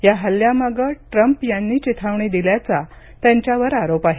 या हल्ल्यामागे ट्रंप यांनी चिथावणी दिल्याचा त्यांच्यावर आरोप आहे